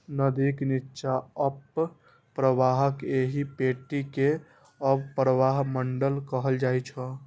नदीक निच्चा अवप्रवाहक एहि पेटी कें अवप्रवाह मंडल कहल जाइ छै